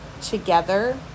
together